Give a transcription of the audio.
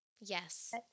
Yes